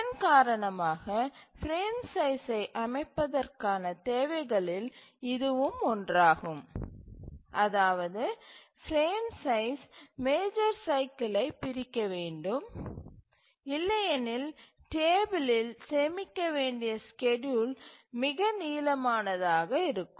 இதன் காரணமாக பிரேம் சைஸ்சை அமைப்பதற்கான தேவைகளில் இதுவும் ஒன்றாகும் அதாவது பிரேம் சைஸ் மேஜர் சைக்கிலை பிரிக்க வேண்டும் இல்லையெனில் டேபிலில் சேமிக்க வேண்டிய ஸ்கெட்யூல் மிக நீளமானதாக இருக்கும்